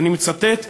ואני מצטט,